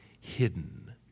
hidden